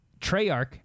Treyarch